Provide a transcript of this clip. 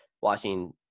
watching